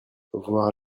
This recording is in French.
voir